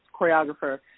choreographer